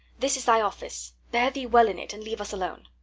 this is thy office bear thee well in it and leave us alone.